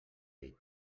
dit